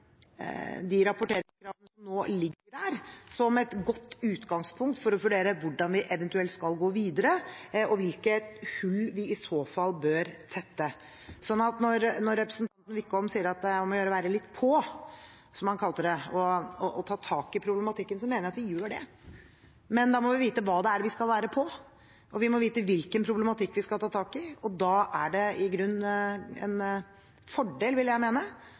de rapporteringskravene som nå ligger der som et godt utgangspunkt for å vurdere hvordan vi eventuelt skal gå videre, og hvilke hull vi i så fall bør tette. Når representanten Wickholm sier at det er om å gjøre å være «litt på», som han kalte det, og ta «tak i problematikken», så mener jeg at vi gjør det, men da må vi vite hva det er vi skal være på, og vi må vite hvilken problematikk vi skal ta tak i, og da er det i grunnen en fordel, vil jeg mene,